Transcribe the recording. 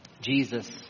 Jesus